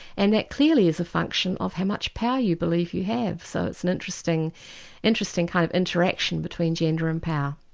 and that clearly is a function of how much power you believe you have. so it's and an interesting kind of interaction between gender and power.